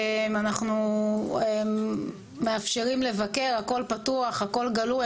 אנחנו מאפשרים לבקר, הכול פתוח, הכול גלוי.